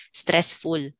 stressful